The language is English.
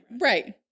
Right